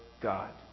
God